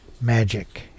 magic